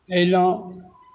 अयलहुँ